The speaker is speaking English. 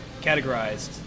categorized